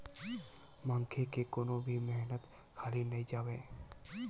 मनखे के कोनो भी मेहनत खाली नइ जावय